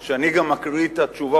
אני מציע לך שאני גם אקריא את התשובה,